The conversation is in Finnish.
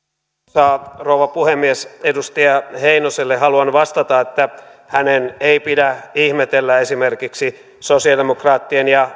arvoisa rouva puhemies edustaja heinoselle haluan vastata että hänen ei pidä ihmetellä esimerkiksi sosialidemokraattien ja